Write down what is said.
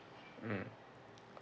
mm